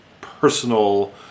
personal